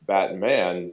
Batman